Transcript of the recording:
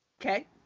Okay